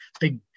big